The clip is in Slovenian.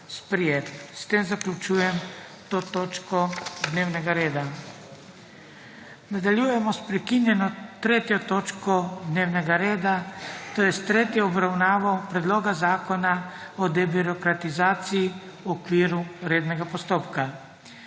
S tem zaključujem to točko dnevnega reda. **Nadaljujemo s prekinjeno 3. točko dnevnega reda – to je s tretjo obravnavo Predloga zakona o debirokratizaciji v okviru rednega postopka.**